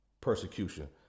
persecution